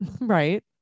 Right